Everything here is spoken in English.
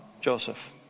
Joseph